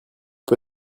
peu